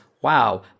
wow